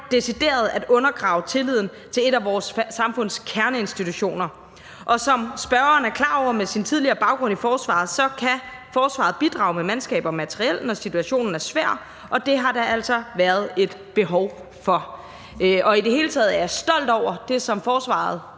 decideret at undergrave tilliden til en af vores samfunds kerneinstitutioner. Og som spørgeren med sin tidligere baggrund i forsvaret er klar over, kan forsvaret bidrage med mandskab og materiel, når situationen er svær, og det har der altså været et behov for. I det hele taget er jeg stolt over det, som forsvaret,